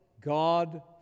God